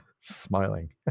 Smiling